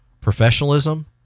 professionalism